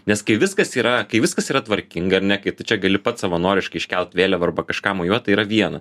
nes kai viskas yra kai viskas yra tvarkinga ar ne kai tu čia gali pats savanoriškai iškelt vėliavą arba kažkam mojuot tai yra viena